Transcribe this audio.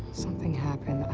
something happened.